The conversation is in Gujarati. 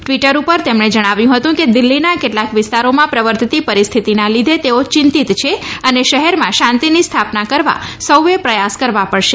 ટવીટર ઉપર તેમણે જણાવ્યું હતું કે દિલ્હીના કેટલાક વિસ્તારોમાં પ્રવર્તતી પરિસ્થિતિના લીધે તેઓ ચિંતીત છે અને શહેરમાં શાંતિની સ્થાપના કરવા સૌએ પ્રયાસ કરવા પડશે